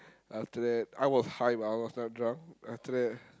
after that I was high but I was not drunk after that